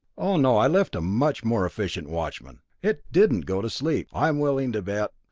oh, no, i left a much more efficient watchman! it didn't go to sleep i'm willing to bet!